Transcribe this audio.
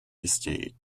estate